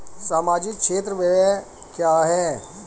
सामाजिक क्षेत्र व्यय क्या है?